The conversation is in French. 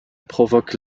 provoque